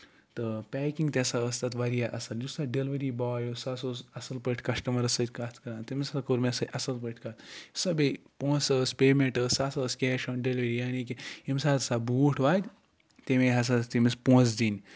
تہٕ پیکِنگ تہِ ہسا ٲس تَتھ واریاہ اَصٕل یُس ہسا ڈیلؤری بوے اوس سُہ ہسا اوس اَصٕل پٲٹھۍ کَسٹمَرَس سۭتۍ کَتھ کران تٔمۍ ہسا کوٚر مےٚ سۭتۍ اَصٕل پٲٹھۍ کَتھ یُس سا بیٚیہِ پونٛسہٕ ٲس پیمینٹ ٲس سُہ سا اوس کیش آن ڈیلؤری یعنی کہِ ییٚمہِ ساتہٕ ہسا بوٗٹھ واتہِ تٔمے ہسا ٲسۍ تٔمِس پونسہٕ دِنۍ